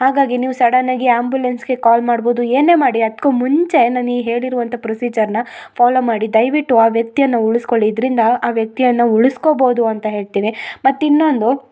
ಹಾಗಾಗಿ ನೀವು ಸಡನಾಗಿ ಆಂಬ್ಯುಲೆನ್ಸ್ಗೆ ಕಾಲ್ ಮಾಡ್ಬೋದು ಏನೇ ಮಾಡಿ ಅದ್ಕು ಮುಂಚೆ ನಾನು ಈ ಹೇಳಿರುವಂಥ ಪ್ರೊಸಿಜರ್ನ ಫಾಲೋ ಮಾಡಿ ದಯವಿಟ್ಟು ಆ ವ್ಯಕ್ತಿಯನ್ನ ಉಳ್ಸ್ಕೊಳ್ಳಿ ಇದರಿಂದ ಆ ವ್ಯಕ್ತಿಯನ್ನ ಉಳ್ಸ್ಕೊಬೋದು ಅಂತ ಹೇಳ್ತೆನೆ ಮತ್ತು ಇನ್ನೊಂದು